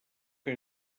que